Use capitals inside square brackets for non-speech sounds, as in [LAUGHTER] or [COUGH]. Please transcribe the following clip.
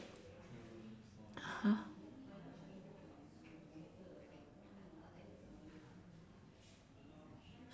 [LAUGHS]